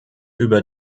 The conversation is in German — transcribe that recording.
über